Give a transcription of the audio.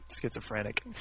Schizophrenic